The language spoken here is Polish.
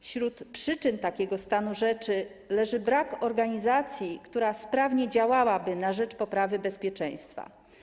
Wśród przyczyn takiego stanu rzeczy jest brak organizacji, która sprawnie działałaby na rzecz poprawy bezpieczeństwa.